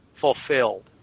fulfilled